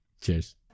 Cheers